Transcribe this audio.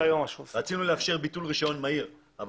רצינו לאפשר ביטול רישיון מהיר אבל